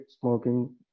smoking